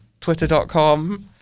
twitter.com